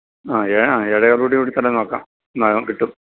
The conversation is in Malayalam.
ആ ആ ഏഴേകാലോടുകൂടി കൂടി തന്നെ നോക്കാം ആ കിട്ടും